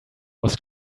was